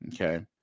Okay